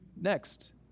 next